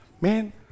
man